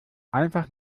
einfach